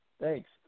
Thanks